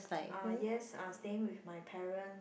ah yes I'm staying with my parents